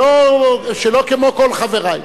שלא כמו כל חברי.